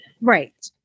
Right